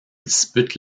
disputent